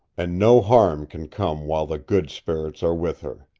and no harm can come while the good spirits are with her.